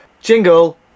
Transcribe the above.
Jingle